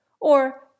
or